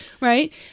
right